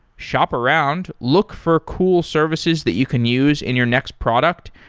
shop around, look for cool services that you can use in your next product,